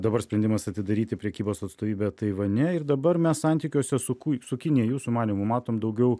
dabar sprendimas atidaryti prekybos atstovybę taivane ir dabar mes santykiuose su ku su kinija jūsų manymu matom daugiau